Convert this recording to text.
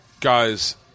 guys